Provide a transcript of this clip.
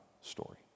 story